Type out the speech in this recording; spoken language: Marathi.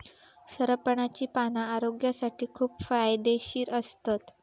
सरपणाची पाना आरोग्यासाठी खूप फायदेशीर असतत